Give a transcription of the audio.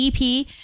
EP